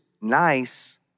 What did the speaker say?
nice